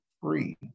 free